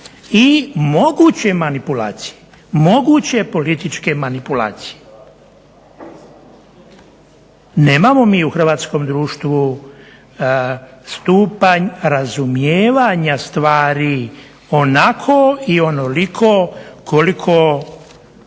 i moguće manipulacije. Moguće političke manipulacije. Nemamo mi u hrvatskom društvu stupanj razumijevanja stvari onako i onoliko koliko